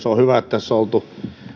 on hyvä että tässä on oltu